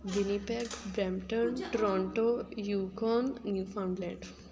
Winnipeg Brampton Toronto Yukon Newfoundland